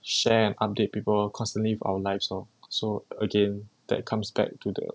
share and update people constantly with our lives lor so again that comes back to the